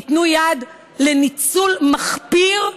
ייתנו יד לניצול מחפיר,